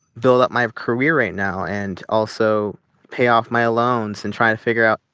build up my career right now and also pay off my loans and try to figure out,